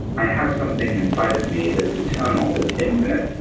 i have something inside of me that is eternal, that's infinite,